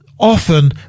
Often